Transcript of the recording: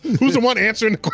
who's the one answering